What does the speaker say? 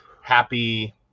happy